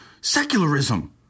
secularism